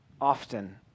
often